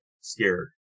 scared